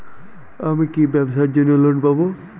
আমি কি ব্যবসার জন্য লোন পাব?